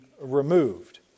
removed